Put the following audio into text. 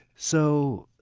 so,